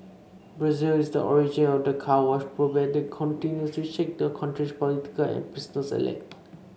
Brazil is the origin of the Car Wash probe that continue to shake that country's political and business elite